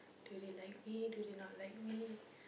do they like me do they not like me